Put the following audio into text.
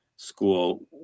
school